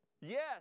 Yes